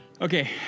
Okay